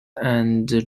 and